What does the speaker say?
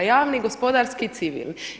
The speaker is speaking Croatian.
Javni, gospodarski i civilni.